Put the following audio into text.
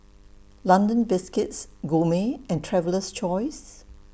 London Biscuits Gourmet and Traveler's Choice